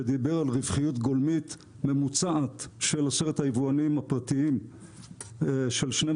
שדיבר על רווחיות גולמית ממוצעת של עשרת היבואנים הפרטיים של 12%,